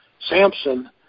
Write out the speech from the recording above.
Samson